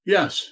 Yes